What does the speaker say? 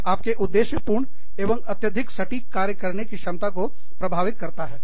यह आपके उद्देश्यपूर्ण एवं अत्यधिक सटीक कार्य करने की क्षमता को प्रभावित करता है